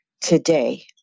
today